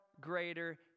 greater